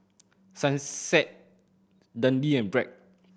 Sunsweet Dundee and Bragg